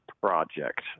project